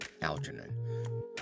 Algernon